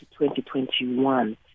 2021